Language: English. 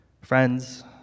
friends